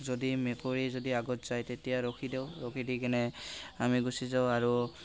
যদি মেকুৰী যদি আগত যায় তেতিয়া ৰখি দেওঁ ৰখি দি কেনে আমি গুচি যাওঁ আৰু